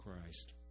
Christ